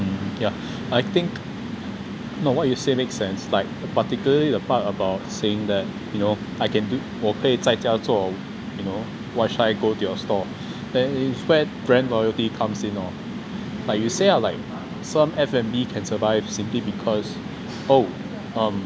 ya I think no what you say make sense like particularly the part about saying that you know I can do 我可以在家做 you know why should I go to your store that's where brand loyalty comes in lor you say like some F&B can survive simply because oh